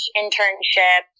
internship